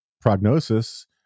prognosis